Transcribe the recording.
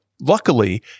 Luckily